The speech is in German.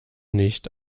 nicht